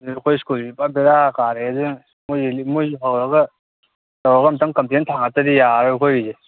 ꯑꯩꯈꯣꯏ ꯁ꯭ꯀꯨꯜꯖꯤꯗꯤ ꯄꯨꯔꯥ ꯕꯦꯔꯥ ꯀꯥꯔꯦꯍꯦ ꯑꯗꯨꯅ ꯃꯣꯏ ꯔꯤꯂꯤꯐ ꯃꯣꯏ ꯍꯧꯔꯒ ꯇꯧꯔꯒ ꯑꯝꯇꯪ ꯀꯝꯄ꯭ꯂꯦꯟ ꯊꯥꯡꯒꯠꯇ꯭ꯔꯗꯤ ꯌꯥꯔꯔꯣꯏ ꯑꯩꯈꯣꯏꯒꯤꯁꯦ